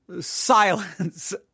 silence